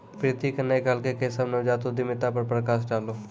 प्रीति न कहलकै केशव नवजात उद्यमिता पर प्रकाश डालौ